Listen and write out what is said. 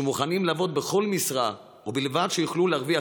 שמוכנים לעבוד בכל משרה ובלבד שיוכלו להרוויח